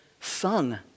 sung